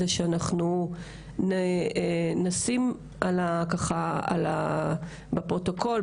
זה שאנחנו נשים ככה על הפרוטוקול,